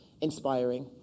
inspiring